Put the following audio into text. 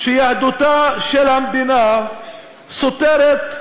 שיהדותה של המדינה סותרת,